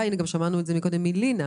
שמענו את זה קודם גם מלינא